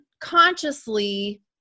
consciously